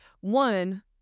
one